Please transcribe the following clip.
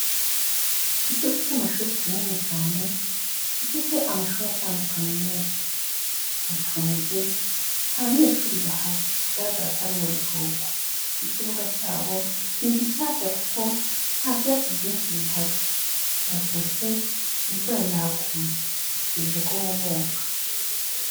Ikigo cy'amashuri kinini cyane, gifite amashuri atandukanye menshi, kirafunze, nta banyeshuri bahari, bigaragara ko ari mu biruhuko, ikibuga cyabo ni gishyashya kuko nta byatsi byinshi bihari, kiratose, imvura yaguye, bategereje ko humuka.